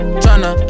tryna